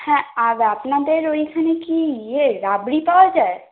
হ্যাঁ আর আপনাদের ওইখানে কি ইয়ে রাবড়ি পাওয়া যায়